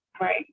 Right